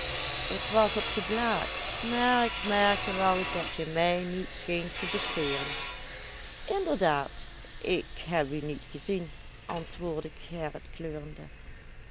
t was op de blaak maar ik merkte wel dat je mij niet scheent te bespeuren inderdaad ik heb u niet gezien antwoordde gerrit kleurende